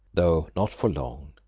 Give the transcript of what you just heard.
though not for long,